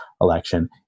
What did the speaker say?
election